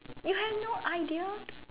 you have no idea